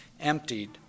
emptied